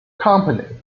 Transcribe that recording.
company